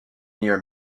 near